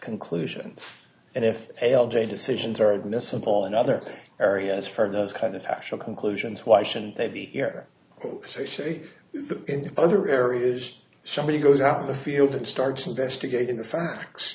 conclusions and if a l j decisions are admissible in other areas for those kind of actual conclusions why shouldn't they be here so actually in other areas somebody goes out on the field and starts investigating the facts